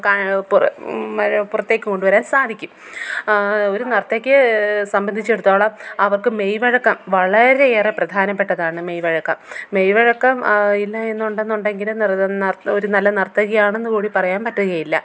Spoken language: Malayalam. പുറത്തേക്കു കൊണ്ടുവരാൻ സാധിക്കും ഒരു നർത്തകിക്ക് സംബന്ധിച്ചിടത്തോളം അവർക്ക് വഴക്കം വളരെയേറെ പ്രധാനപ്പെട്ടതാണ് മെയ്വഴക്കം മെയ്വഴക്കം ഇല്ലാ എന്നുണ്ടെന്നുണ്ടെങ്കിൽ ഒരു നല്ല നർത്തകിയാണെന്നു കൂടി പറയാൻ പറ്റുകയില്ല